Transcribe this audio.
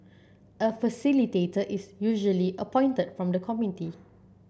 a facilitator is usually appointed from the committee